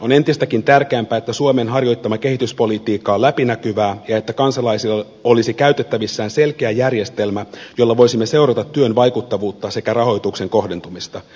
on entistäkin tärkeämpää että suomen harjoittama kehityspolitiikka on läpinäkyvää ja että kansalaisilla olisi käytettävissään selkeä järjestelmä jolla voisimme seurata työn vaikuttavuutta sekä rahoituksen kohdentumista